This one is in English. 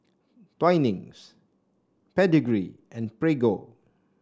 Twinings Pedigree and Prego